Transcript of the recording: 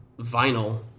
vinyl